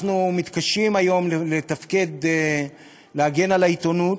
אנחנו מתקשים היום להגן על העיתונות.